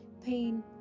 pain